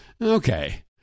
Okay